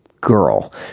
girl